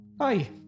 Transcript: Hi